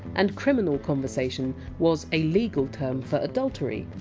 and! criminal conversation! was a legal term for adultery.